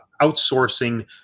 outsourcing